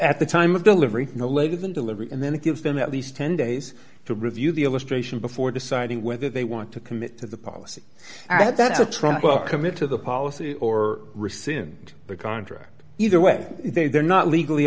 at the time of delivery no later than delivery and then it gives them at least ten days to review the illustration before deciding whether they want to commit to the policy that's a trunk welcome into the policy or rescind the contract either way they're not legally